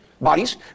bodies